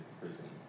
prison